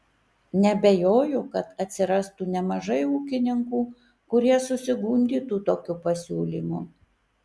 neabejoju kad atsirastų nemažai ūkininkų kurie susigundytų tokiu pasiūlymu